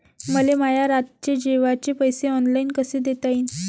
मले माया रातचे जेवाचे पैसे ऑनलाईन कसे देता येईन?